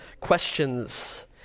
questions